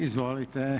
Izvolite.